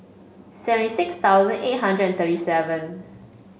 seventy six thousand eight hundred and thirty seven